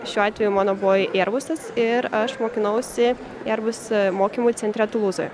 šiuo atveju mano buvo ierbusas ir aš mokinausi ierbus mokymų centre tulūzoje